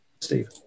Steve